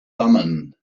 thummim